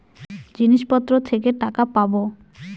জিনিসপত্র থেকে টাকা পাবো